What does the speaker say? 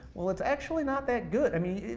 well it's actually not that good. i mean,